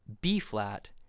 B-flat